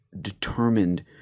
determined